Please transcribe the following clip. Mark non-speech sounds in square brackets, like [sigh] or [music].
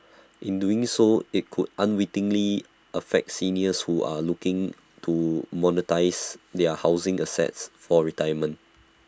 [noise] in doing so IT could unwittingly affect seniors who are looking to monetise their housing assets for retirement